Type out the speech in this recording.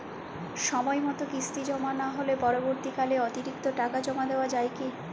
সময় মতো কিস্তি জমা না হলে পরবর্তীকালে অতিরিক্ত টাকা জমা দেওয়া য়ায় কি?